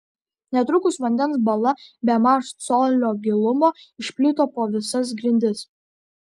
netrukus vandens bala bemaž colio gilumo išplito po visas grindis